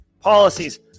policies